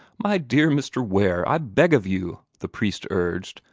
my dear mr. ware, i beg of you, the priest urged,